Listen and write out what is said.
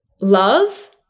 love